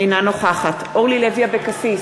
אינה נוכחת אורלי לוי אבקסיס,